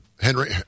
Henry